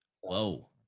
Whoa